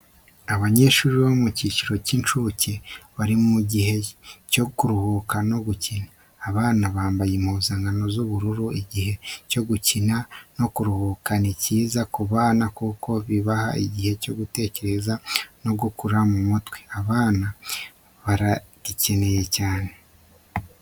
Abanyeshuri bo mu cyiciro cy'incuke bari mu gihe cyo kuruhuka no gukina. Abana bambaye impuzankano z'ubururu. Igihe cyo gukina no kuruhuka ni cyiza ku bana kuko kibaha igihe cyo gutekereza no gukura mu mutwe, abana baragikenera cyane.